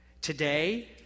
Today